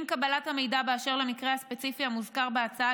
עם קבלת המידע באשר למקרה הספציפי המוזכר בהצעה